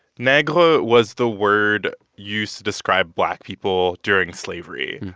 negre was the word used to describe black people during slavery.